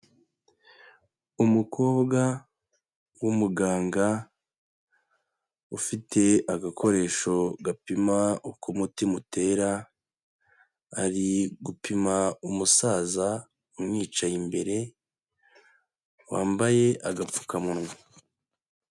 Umukobwa w'umuganga ufite agakoresho gapima uko umutima utera, ari gupima umusaza umwicaye imbere wambaye agapfukamunwa.